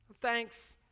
Thanks